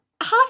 half